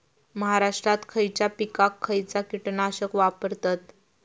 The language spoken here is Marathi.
महाराष्ट्रात खयच्या पिकाक खयचा कीटकनाशक वापरतत?